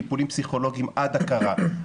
טיפולים פסיכולוגיים עד ההכרה,